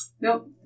Nope